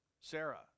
Sarah